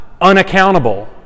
unaccountable